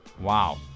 wow